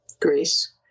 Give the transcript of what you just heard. Greece